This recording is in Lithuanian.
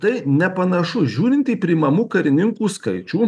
tai nepanašu žiūrint į priimamų karininkų skaičių